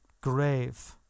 grave